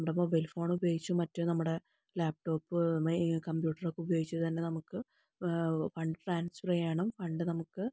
നമ്മുടെ mobile phone ഉപയോഗിച്ചും മറ്റും നമ്മുടെ ലാപ്ടോപ്പ് നമ്മുടെ ഈ കമ്പ്യൂട്ടര് ഉപയോഗിച്ച് തന്നെ നമുക്ക് ഫണ്ട് ട്രാന്സ്ഫര് ചെയ്യാനും ഫണ്ട് നമുക്ക്